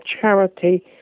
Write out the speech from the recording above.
charity